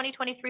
2023